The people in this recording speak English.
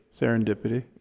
serendipity